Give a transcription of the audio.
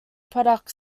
product